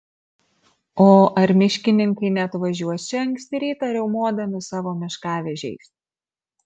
o ar miškininkai neatvažiuos čia anksti rytą riaumodami savo miškavežiais